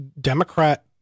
Democrat